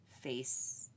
face